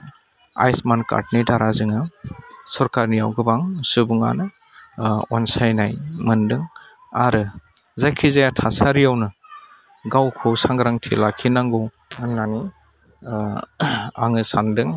आयुस्मान कार्डनि दारा जोङो सरकारनियाव गोबां सुबुङानो अनसायनाय मोनदों आरो जायखि जाया थासारियावनो गावखौ सांग्रांथि लाखिनांगौ होन्नानै आङो सानदों